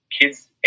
kids